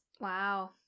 Wow